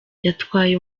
yatwaye